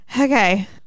okay